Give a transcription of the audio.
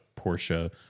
Porsche